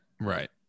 right